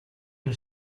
gli